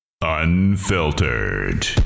Unfiltered